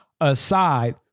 aside